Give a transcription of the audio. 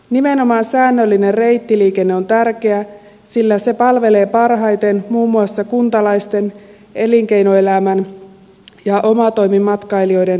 nimenomaan säännöllinen reittiliikenne on tärkeä sillä se palvelee parhaiten muun muassa kuntalaisten elinkeinoelämän ja omatoimimatkailijoiden tarpeita